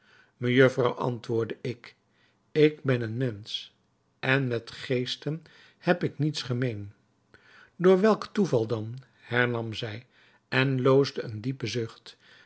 mejufvrouw antwoordde ik ik ben een mensch en met geesten heb ik niets gemeen door welk toeval dan hernam zij en loosde een diepen zucht